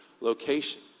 location